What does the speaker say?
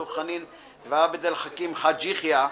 דב חנין ועבד אל חכים חאג' יחיא,